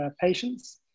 patients